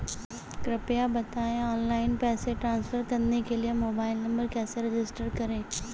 कृपया बताएं ऑनलाइन पैसे ट्रांसफर करने के लिए मोबाइल नंबर कैसे रजिस्टर करें?